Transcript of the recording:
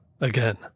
again